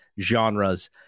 genres